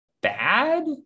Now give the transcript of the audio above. bad